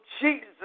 Jesus